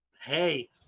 hey